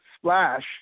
splash